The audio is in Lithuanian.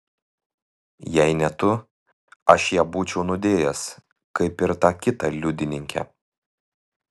jei ne tu aš ją būčiau nudėjęs kaip ir tą kitą liudininkę